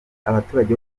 abaturage